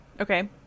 Okay